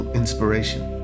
inspiration